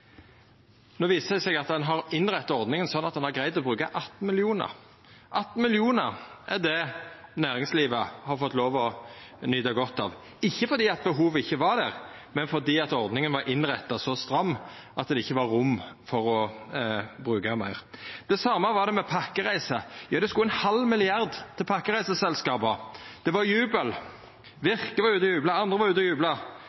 viser det seg at ein har innretta ordninga slik at ein har greidd å bruka 18 mill. kr. 18 mill. kr er det som næringslivet har fått lov til å nyta godt av – ikkje fordi behovet ikkje var der, men fordi ordninga var innretta så stramt at det ikkje var rom for å bruka meir. Det same var det med pakkereiser: Det skulle koma ein halv milliard kroner til pakkereiseselskapa. Det var jubel! Virke var ute og jubla,